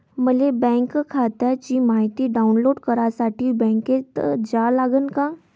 मले बँक खात्याची मायती डाऊनलोड करासाठी बँकेत जा लागन का?